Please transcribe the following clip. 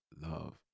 love